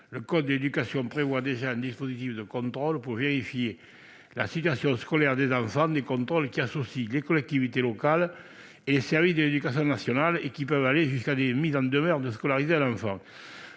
Le code de l'éducation prévoit déjà un dispositif de contrôle pour vérifier la situation scolaire des enfants. Ces contrôles associent les collectivités locales et les services de l'éducation nationale, et peuvent aller jusqu'à des mises en demeure de scolariser un enfant.